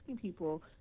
people